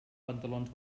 pantalons